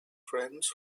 friends